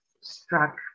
struck